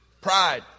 Pride